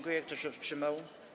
Kto się wstrzymał?